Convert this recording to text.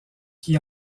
qui